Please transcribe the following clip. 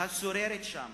השוררת שם